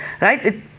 right